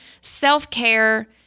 self-care